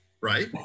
right